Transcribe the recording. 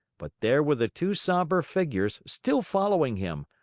but there were the two somber figures still following him,